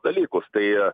dalykus tai